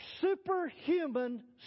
superhuman